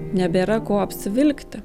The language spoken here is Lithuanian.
nebėra ko apsivilkti